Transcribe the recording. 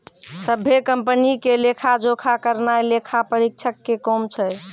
सभ्भे कंपनी के लेखा जोखा करनाय लेखा परीक्षक के काम छै